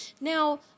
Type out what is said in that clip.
Now